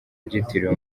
byitiriwe